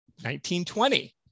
1920